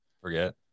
forget